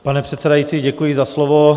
Pane předsedající, děkuji za slovo.